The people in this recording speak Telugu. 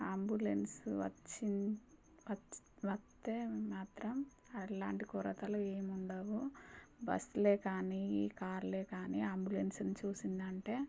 ఆంబులెన్సు వచ్చి వచ్చ్ వత్తే మాత్రం అలాంటి కొరతలు ఏముండవు బస్సులే కానీ కార్ లే కానీ ఆంబులెన్సును చూసిందంటే